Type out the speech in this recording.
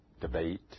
debate